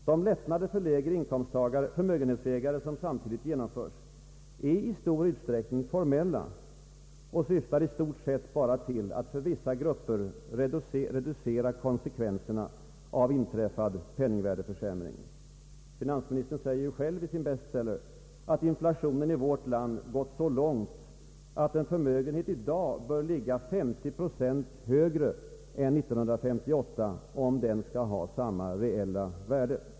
De lättnader för lägre förmögenhetsägare som samtidigt genomförs är i stor utsträckning formella och syftar i stort sett bara till att för vissa grupper reducera konsekvenserna av inträffade penningvärdeförsämringar. Finansministern säger själv i sin ”bestseller” att inflationen i vårt land gått så långt att en förmögenhet i dag bör ligga 50 procent högre än 1958, om den skall ha samma realvärde.